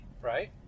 Right